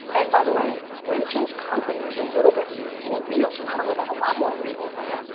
and by the way, rachel's company is a little bit more real and not a little bit, a lot more real. yeah.